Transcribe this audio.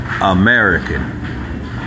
American